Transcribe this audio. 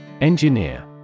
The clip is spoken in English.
Engineer